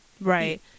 Right